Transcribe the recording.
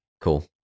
cool